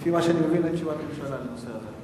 לפי מה שאני מבין, אין תשובת ממשלה בנושא הזה.